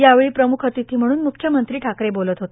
यावेळी प्रम्ख अतिथी म्हणून म्ख्यमंत्री ठाकरे बोलत होते